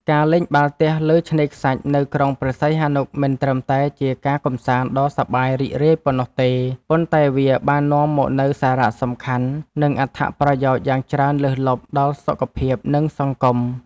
ការលេងបាល់ទះលើឆ្នេរខ្សាច់នៅក្រុងព្រះសីហនុ មិនត្រឹមតែជាការកម្សាន្តដ៏សប្បាយរីករាយប៉ុណ្ណោះទេ ប៉ុន្តែវាបាននាំមកនូវសារៈសំខាន់ និងអត្ថប្រយោជន៍យ៉ាងច្រើនលើសលប់ដល់សុខភាព និងសង្គម។